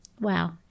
Wow